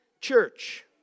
Church